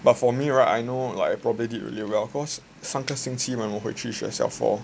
but for me right I know like I probably did really well cause 上个星期我回去学校 for